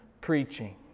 preaching